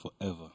forever